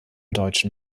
deutschen